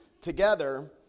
together